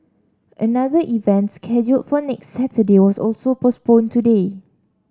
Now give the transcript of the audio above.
another events scheduled for next Saturday was also postponed today